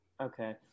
Okay